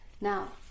now